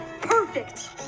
Perfect